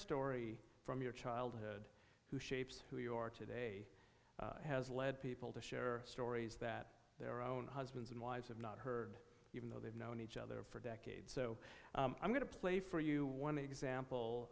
story from your childhood who shapes who you are today has led people to share stories that their own husbands and wives have not heard even though they've known each other for decades so i'm going to play for you one example